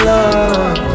Love